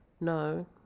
no